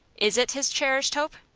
is it his cherished hope?